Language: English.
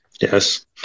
Yes